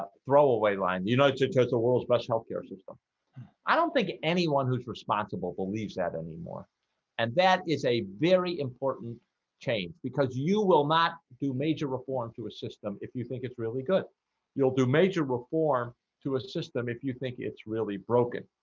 throwaway line, you know joe's the world's best health care system i don't think anyone who's responsible believes that anymore and that is a very important change because you will not do major reform to a system if you think it's really good you'll do major reform to a system if you think it's really broken,